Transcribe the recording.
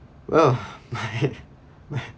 well